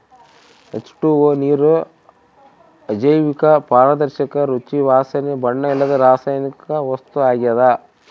H two O ನೀರು ಅಜೈವಿಕ ಪಾರದರ್ಶಕ ರುಚಿ ವಾಸನೆ ಬಣ್ಣ ಇಲ್ಲದ ರಾಸಾಯನಿಕ ವಸ್ತು ಆಗ್ಯದ